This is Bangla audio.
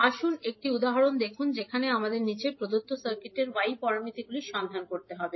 আসুন একটি উদাহরণ দেখুন যেখানে আমাদের নীচের প্রদত্ত সার্কিটের y প্যারামিটারগুলি সন্ধান করতে হবে